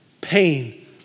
pain